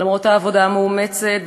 למרות העבודה המאומצת,